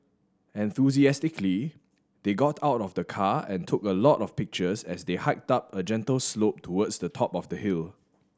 enthusiastically they got out of the car and took a lot of pictures as they hiked up a gentle slope towards the top of the hill